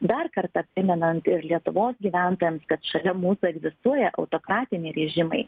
dar kartą primenant ir lietuvos gyventojams kad šalia mūsų egzistuoja autokratiniai rėžimai